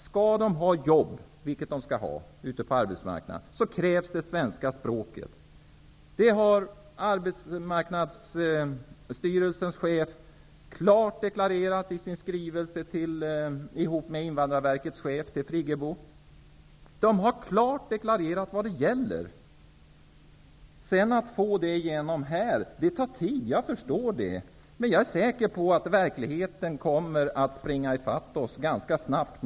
Skall invandrarna ha jobb, vilket de skall ha, krävs det kunskaper i svenska språket. Detta har Arbetsmarknadsstyrelsens chef klart deklarerat tillsammans med Invandrarverkets chef i sin skrivelse till Birgit Friggebo. De har klart deklarerat vad det gäller. Jag förstår att det sedan tar tid att få igenom det här. Men jag är säker på att verkligheten kommer att springa i fatt oss ganska snabbt.